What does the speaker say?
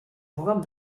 programmes